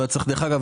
אגב,